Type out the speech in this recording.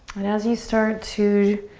and as you start to